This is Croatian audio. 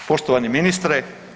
Poštovani ministre.